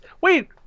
wait